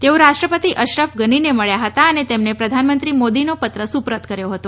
તેઓ રાષ્ટ્રપતિ અશરફ ગનીને મળ્યા હતા અને તેમને પ્રધાનમંત્રી મોદીનો પત્ર સુપ્રત કર્યો હતો